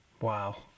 Wow